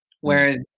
whereas